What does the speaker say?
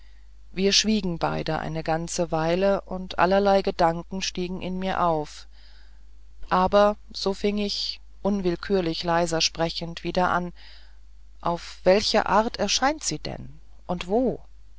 wir schwiegen beide eine ganze weile und allerlei gedanken stiegen in mir auf aber so fing ich unwillkürlich leiser sprechend wieder an auf welche art erscheint sie denn und wo